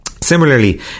Similarly